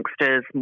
youngsters